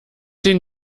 den